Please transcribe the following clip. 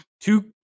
two